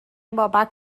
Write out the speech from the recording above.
بابک